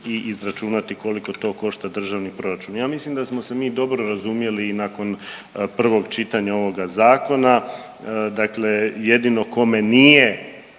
i izračunati koliko to košta državni proračun. Ja mislim da smo se mi dobro razumjeli i nakon prvog čitanja ovoga zakona. Dakle, jedino kome nije